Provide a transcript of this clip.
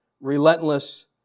relentless